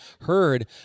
heard